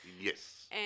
Yes